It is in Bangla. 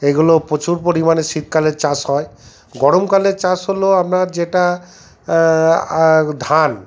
এগুলো প্রচুর পরিমাণে শীতকালে চাষ হয় গরমকালে চাষ হল আপনার যেটা ধান